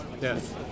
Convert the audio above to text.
yes